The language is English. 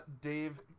Dave